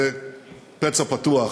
זה פצע פתוח.